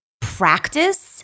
practice